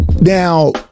now